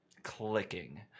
clicking